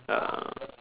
uh